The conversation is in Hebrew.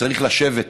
צריך לשבת